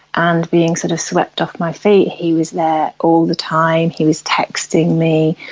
and being sort of swept off my feet. he was there all the time, he was texting me,